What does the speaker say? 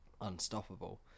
unstoppable